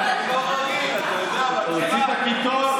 אני לא רגיל, אתה יודע, הוצאת קיטור?